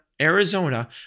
Arizona